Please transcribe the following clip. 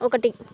ఒకటి